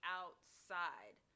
outside